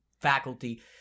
faculty